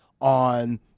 on